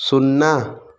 शुन्ना